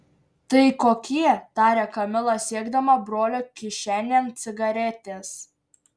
tai kokie tarė kamila siekdama brolio kišenėn cigaretės